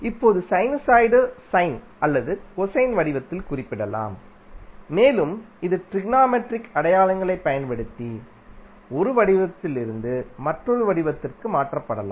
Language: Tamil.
இப்போது சைனுசாய்டு சைன் அல்லது கொசைன் வடிவத்தில் குறிப்பிடப்படலாம் மேலும் இது ட்ரிக்னோமெட்ரிக் அடையாளங்களைப் பயன்படுத்தி ஒரு வடிவத்திலிருந்து மற்றொரு வடிவத்திற்கு மாற்றப்படலாம்